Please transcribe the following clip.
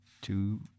two